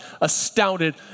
astounded